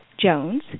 Jones